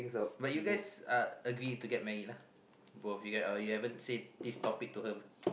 but you guys uh agree to get married lah both of you guy or you haven't say this topic to her